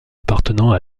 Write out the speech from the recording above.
appartenant